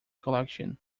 collection